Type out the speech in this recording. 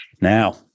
Now